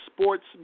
sports